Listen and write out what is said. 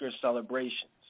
celebrations